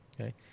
okay